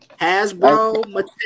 Hasbro